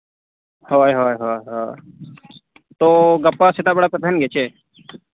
ᱦᱳᱭ ᱦᱳᱭ ᱦᱳᱭ ᱛᱚ ᱜᱟᱯᱟ ᱥᱮᱛᱟᱜ ᱵᱮᱲᱟ ᱯᱮ ᱛᱟᱦᱮᱱ ᱜᱮᱭᱟ ᱥᱮ